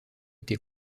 été